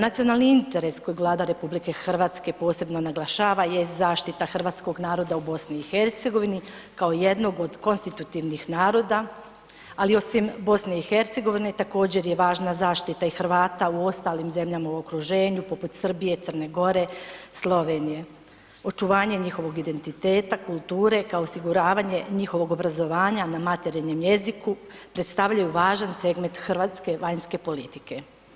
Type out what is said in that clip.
Nacionalni interes kojeg Vlada RH posebno naglašava jest zaštita hrvatskog naroda u BiH, kao jednog od konstitutivnih naroda, ali osim BiH, također je važna zaštita i Hrvata u ostalim zemljama u okruženju, poput Srbije, Crne Gore, Slovenije, očuvanje njihovog identiteta, kulture kao i osiguranje njihovog obrazovanja na materinjem jeziku predstavljaju važan segment hrvatske vanjske politike.